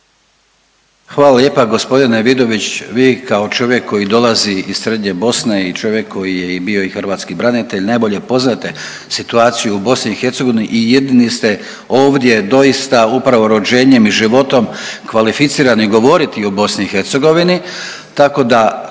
Hvala lijepa g. Vidović. Vi kao čovjek koji dolazi iz Srednje Bosne i čovjek koji je i bio i hrvatski branitelj najbolje poznajete situaciju u BiH i jedini ste ovdje doista upravo rođenjem i životom kvalificirani govoriti o BiH.